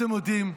אתם יודעים,